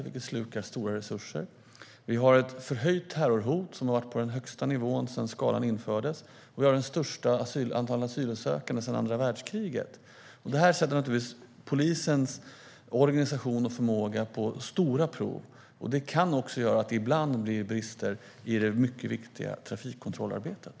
Det slukar mycket resurser. Vi har ett förhöjt terrorhot, som har varit på den högsta nivån sedan skalan infördes. Och vi har det största antalet asylsökande sedan andra världskriget. Det här sätter naturligtvis polisens organisation och förmåga på stora prov. Det kan också leda till att det ibland blir brister i det mycket viktiga trafikkontrollarbetet.